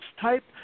type